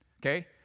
okay